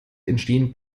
entstehen